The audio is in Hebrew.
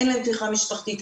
אין להם תמיכה משפחתית.